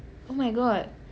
oh my god